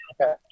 Okay